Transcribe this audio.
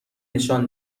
نشان